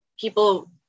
people